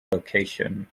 location